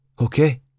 Okay